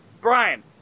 Brian